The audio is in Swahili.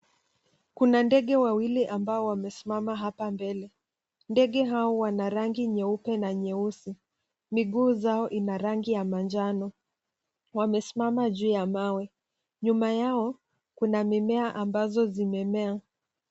Kuna ndege wawili ambao wamesimama hapa mbele. Ndege hao wana rangi nyeupe na nyeusi. Miguu zao ina rangi ya manjano. Wamesimama juu ya mawe. Nyuma yao kuna mimea ambazo zimemea.